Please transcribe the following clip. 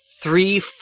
three